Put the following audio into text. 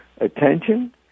attention